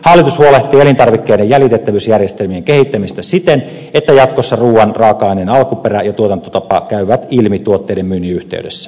hallitus huolehtii elintarvikkeiden jäljitettävyysjärjestelmien kehittämisestä siten että jatkossa ruoan raaka aineiden alkuperä ja tuotantotapa käyvät ilmi tuotteiden myynnin yhteydessä